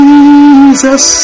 Jesus